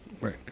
Right